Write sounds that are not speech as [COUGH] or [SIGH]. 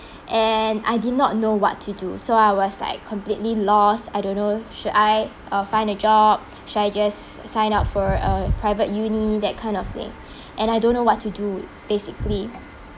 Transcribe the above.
and I did not know what to do so I was like completely lost I don't know should I uh find a job should I just sign up for a private uni that kind of thing [BREATH] and I don't know what to do basically